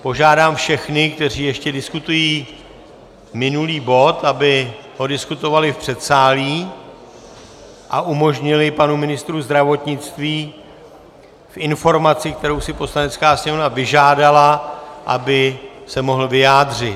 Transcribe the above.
Požádám všechny, kteří ještě diskutují minulý bod, aby ho diskutovali v předsálí a umožnili panu ministru zdravotnictví v informací, kterou si Poslanecká sněmovna vyžádala, aby se mohl vyjádřit.